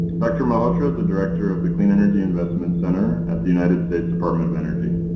dr. malhotra is the director of the clean energy investment center at the united states department of energy.